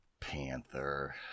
Panther